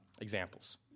examples